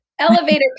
Elevator